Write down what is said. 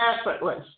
effortless